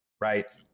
right